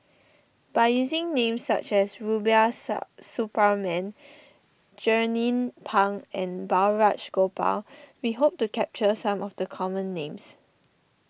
by using names such as Rubiah sub Suparman Jernnine Pang and Balraj Gopal we hope to capture some of the common names